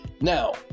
Now